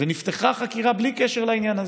ונפתחה חקירה בלי קשר לעניין הזה.